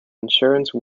insurance